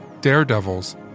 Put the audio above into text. daredevils